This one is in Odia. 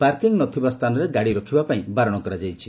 ପାର୍କିଂ ନ ଥିବା ସ୍ଚାନରେ ଗାଡ଼ି ରଖିବା ପାଇଁ ବାରଣ କରାଯାଇଛି